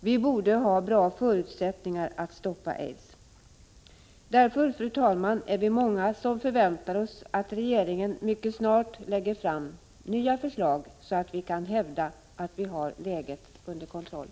Vi borde ha bra förutsättningar att stoppa aids. Därför, fru talman, är vi många som väntar oss att regeringen mycket snart lägger fram nya förslag, så att vi kan hävda att vi har läget under kontroll.